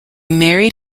married